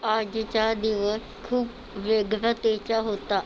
आजचा दिवस खूप व्यग्रतेचा होता